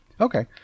Okay